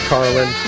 Carlin